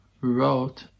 wrote